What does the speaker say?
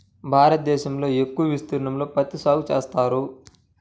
భారతదేశంలో ఎక్కువ విస్తీర్ణంలో పత్తి సాగు చేస్తారు